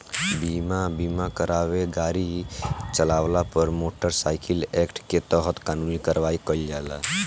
बिना बीमा करावले गाड़ी चालावला पर मोटर साइकिल एक्ट के तहत कानूनी कार्रवाई कईल जाला